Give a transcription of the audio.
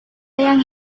yang